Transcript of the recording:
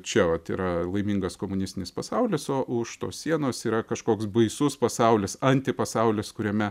čia vat yra laimingas komunistinis pasaulis o už tos sienos yra kažkoks baisus pasaulis anti pasaulis kuriame